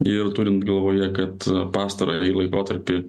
ir turint galvoje kad pastarąjį laikotarpį